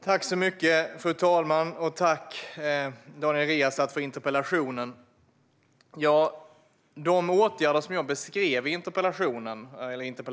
Fru talman! Tack för interpellationen, Daniel Riazat! Vi har arbetat med några åtgärder länge. Jag beskrev en del av dem i svaret.